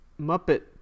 Muppet